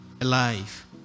alive